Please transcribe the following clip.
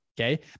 okay